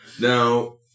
Now